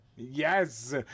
Yes